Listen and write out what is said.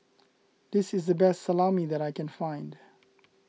this is the best Salami that I can find